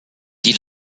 die